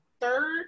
third